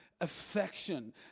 affection